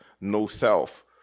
no-self